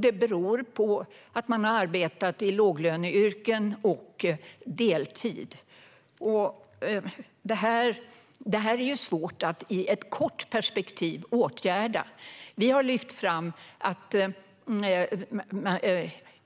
Det beror på att de har arbetat i låglöneyrken och arbetat deltid. Detta är svårt att åtgärda i ett kort perspektiv. Vi har lyft fram att